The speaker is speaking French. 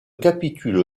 capitule